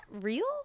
real